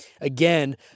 again